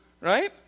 Right